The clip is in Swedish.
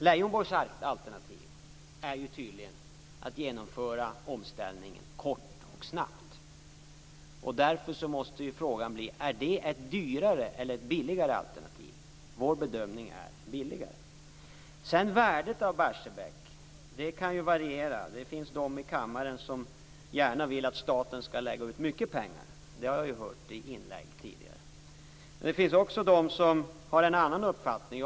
Leijonborgs alternativ är tydligen att genomföra omställningen kort och snabbt. Därför måste frågan bli: Är vårt alternativ ett dyrare eller ett billigare alternativ? Vår bedömning är att det är billigare. Värdet av Barsebäck kan variera. Det finns de i kammaren som gärna vill att staten skall lägga ut mycket pengar. Det har jag hört i inlägg tidigare. Men det finns också de som har en annan uppfattning.